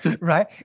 right